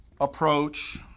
approach